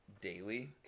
daily